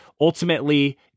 ultimately